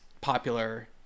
popular